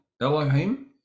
Elohim